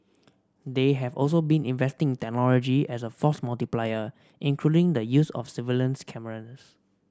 they have also been investing in technology as a force multiplier including the use of surveillance cameras